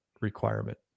requirement